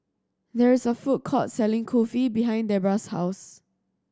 there is a food court selling Kulfi behind Debora's house